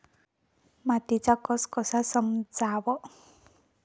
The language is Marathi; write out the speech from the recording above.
मातीचा कस कसा समजाव?